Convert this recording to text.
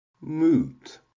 moot